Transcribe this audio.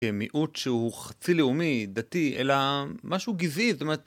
מיעוט שהוא חצי לאומי, דתי, אלא משהו גזעי, זאת אומרת...